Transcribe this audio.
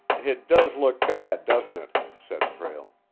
it does look bad, doesn't it? said prale.